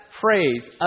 phrase